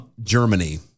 Germany